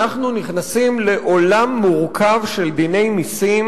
אנחנו נכנסים לעולם מורכב של דיני מסים,